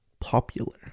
popular